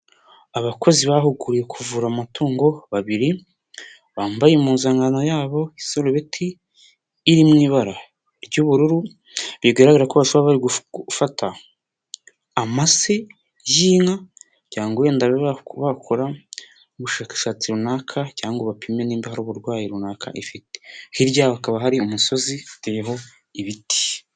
Abakozi bahuguye kuvura amatungo babiri bambaye impuzankano yabo, isarubeti iri mu ibara ry'ubururu, bigaragara ko bashobora gufata amase y'inka, kugira ngo wenda babe bakora ubushakashatsi runaka, cyangwa bapime nimba hari uburwayi runaka ifite, hirya hakaba hari umusozi uteyeho ibiti.